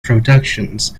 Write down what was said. productions